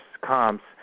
comps